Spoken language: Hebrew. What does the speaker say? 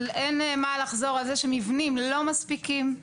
אין מה לחזור על זה שמבנים לא מספיקים,